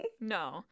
No